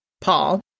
Paul